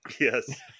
Yes